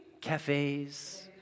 Cafes